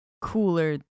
cooler